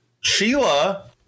Sheila